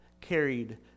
carried